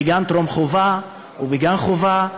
בגן טרום-חובה ובגן-חובה,